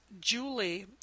Julie